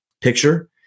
picture